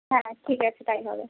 হ্যাঁ ঠিক আছে তাই হবে